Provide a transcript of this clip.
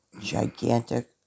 gigantic